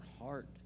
heart